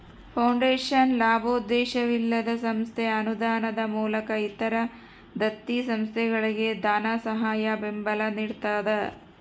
foundation ಲಾಭೋದ್ದೇಶವಿಲ್ಲದ ಸಂಸ್ಥೆ ಅನುದಾನದ ಮೂಲಕ ಇತರ ದತ್ತಿ ಸಂಸ್ಥೆಗಳಿಗೆ ಧನಸಹಾಯ ಬೆಂಬಲ ನಿಡ್ತದ